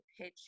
pitch